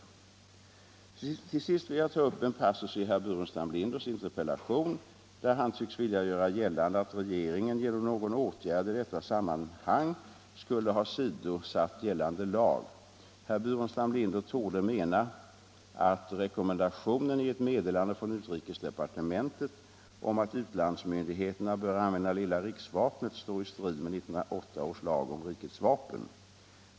Om åtgärder för att Till sist vill jag ta upp en passus i herr Burenstam Linders interpellation, — avskaffa påminneldär han tycks vilja göra gällande att regeringen genom någon åtgärd ser om att Sverige i detta sammanhang skulle ha åsidosatt gällande lag. Herr Burenstam är en monarki Linder torde mena att rekommendationen i ett meddelande från utrikesdepartementet om att utlandsmyndigheterna bör använda lilla riksvapnet står i strid med 1908 års lag om rikets vapen.